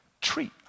treat